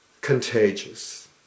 contagious